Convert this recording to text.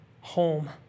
home